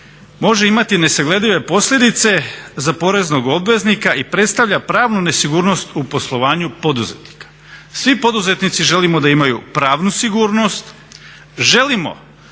može imati nesagledive posljedice za poreznog obveznika i predstavlja pravnu nesigurnost u poslovanju poduzetnika. Svi poduzetnici želimo da imaju pravnu sigurnost,